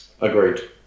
Agreed